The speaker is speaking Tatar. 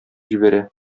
җибәрә